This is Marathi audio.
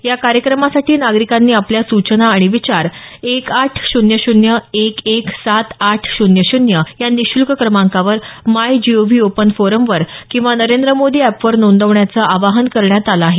या कार्यक्रमासाठी नागरिकांनी आपल्या सूचना आणि विचार एक आठ शून्य शून्य एक एक सात आठ शून्य शून्य या निशुल्क क्रमांकावर my G O V open forum किंवा नरेंद्र मोदी एप वर नोंदवण्याचं आवाहन करण्यात आलं आहे